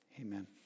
Amen